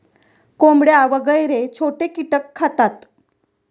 कोंबड्या वगैरे छोटे कीटक खातात